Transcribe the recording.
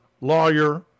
lawyer –